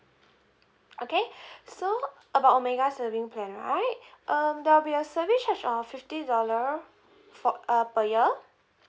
okay so about omega saving plan right um there will be a service charge of fifty dollar for uh per year